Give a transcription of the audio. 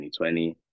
2020